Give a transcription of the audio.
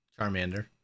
Charmander